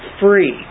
free